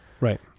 Right